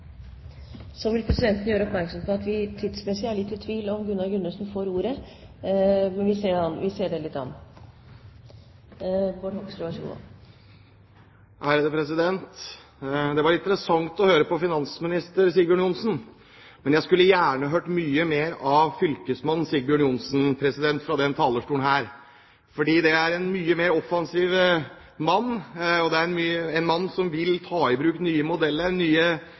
Presidenten vil gjøre oppmerksom på at det tidsmessig er litt tvil om Gunnar Gundersen får ordet, men vi ser det litt an. Det var interessant å høre på finansminister Sigbjørn Johnsen, men jeg skulle gjerne hørt mye mer av fylkesmann Sigbjørn Johnsen fra denne talerstolen, fordi det er en mye mer offensiv mann. Det er en mann som vil ta i bruk nye modeller, nye